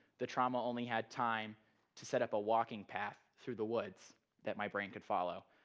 the trauma only had time to set up a walking path through the woods that my brain could follow.